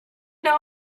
know